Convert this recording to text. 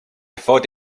thought